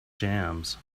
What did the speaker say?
jams